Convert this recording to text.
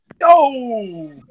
Yo